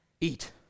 Eat